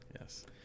Yes